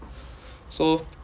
so